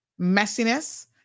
messiness